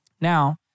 Now